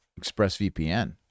ExpressVPN